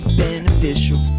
beneficial